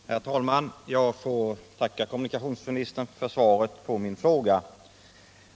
Herr talman! Jag får tacka kommunikationsministern för svaret på min fråga.